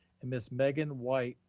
and ms. megan white,